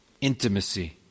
intimacy